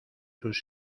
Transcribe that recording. sus